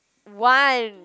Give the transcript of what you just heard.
one